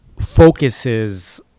focuses